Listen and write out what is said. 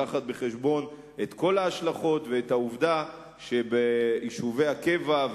להביא בחשבון את כל ההשלכות ואת העובדה שביישובי הקבע,